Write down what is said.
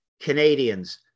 Canadians